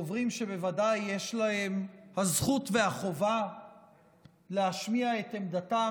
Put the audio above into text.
דוברים שבוודאי יש להם הזכות והחובה להשמיע את עמדתם